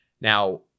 Now